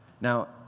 Now